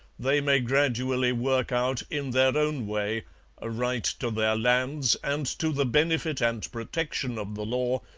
they may gradually work out in their own way a right to their lands and to the benefit and protection of the law,